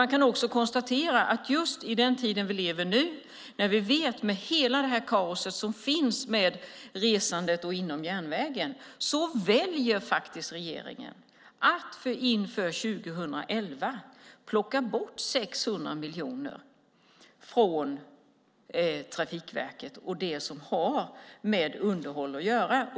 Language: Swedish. Man kan också konstatera att i just den tid vi lever nu med hela kaoset med resandet och inom järnvägen väljer regeringen att inför 2011 plocka bort 600 miljoner från Trafikverket och det som har med underhåll att göra.